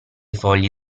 fogli